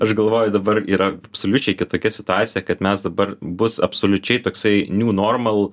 aš galvoju dabar yra absoliučiai kitokia situacija kad mes dabar bus absoliučiai toksai niū normal